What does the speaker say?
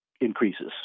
increases